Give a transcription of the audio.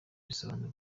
risobanura